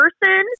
person